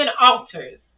altars